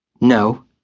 No